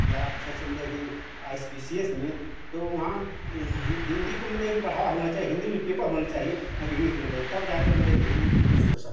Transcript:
या अच्छे अच्छे मतलब कि I S P C S में तो वहाँ हिन्दी को मतलब कि बढ़ावा होना चाहिए हिन्दी में एक पेपर होने चाहिए न कि इंग्लिस में तब जाकर मतलब कि हिन्दी की स्थिति सुधर सक